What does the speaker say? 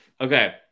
Okay